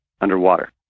underwater